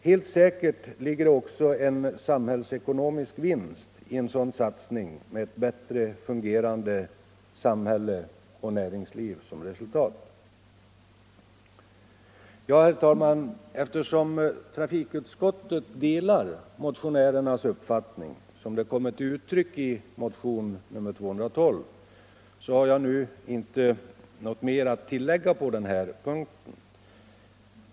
Helt säkert ligger det också en samhällsekonomisk vinst i en sådan satsning med ett bättre fungerande samhälle och näringsliv som resultat. Herr talman! Eftersom trafikutskottet delar motionärernas uppfattning, som den kommer till uttryck i motionen 212, har jag nu inget mer att tillägga på den här punkten.